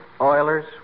oilers